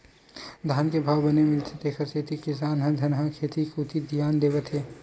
धान के भाव बने मिलथे तेखर सेती किसान ह धनहा खेत कोती धियान देवत हे